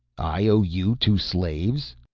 i owe you two slaves?